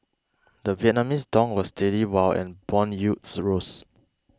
the Vietnamese dong was steady while and bond yields rose